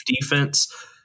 defense